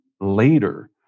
later